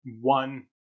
one